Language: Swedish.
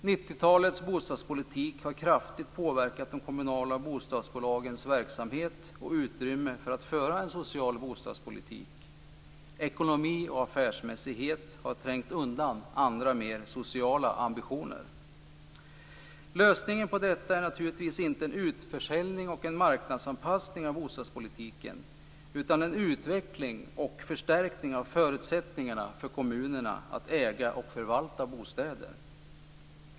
90-talets bostadspolitik har kraftigt påverkat de kommunala bostadsbolagens verksamhet och utrymme för att föra en social bostadspolitik. Ekonomi och affärsmässighet har trängt undan andra mer sociala ambitioner. Lösningen på detta är naturligtvis inte en utförsäljning och en marknadsanpassning av bostadspolitiken utan en utveckling och förstärkning av förutsättningarna för kommunerna att äga och förvalta bostäder.